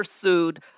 pursued